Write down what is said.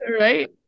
right